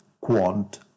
Quant